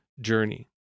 journey